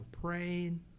praying